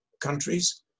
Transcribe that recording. countries